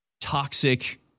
toxic